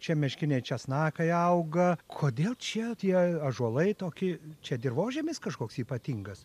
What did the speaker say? čia meškiniai česnakai auga kodėl čia tie ąžuolai tokie čia dirvožemis kažkoks ypatingas